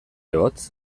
hotz